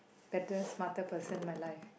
better smarter person in my life